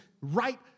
right